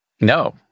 No